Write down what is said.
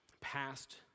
past